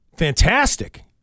fantastic